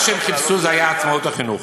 מה שהם חיפשו זה את עצמאות החינוך.